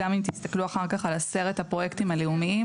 גם אם תסתכלו אחר כך על עשרת הפרויקטים הלאומיים,